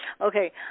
Okay